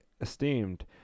esteemed